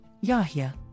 Yahya